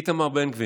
איתמר בן גביר,